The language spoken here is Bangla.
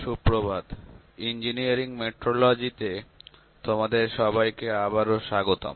সুপ্রভাত ইঞ্জিনিয়ারিং মেট্রোলজি তে সবাইকে আবারও স্বাগতম